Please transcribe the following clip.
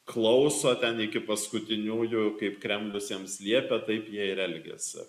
klauso ten iki paskutiniųjų kaip kremlius jiems liepė taip jie ir elgiasi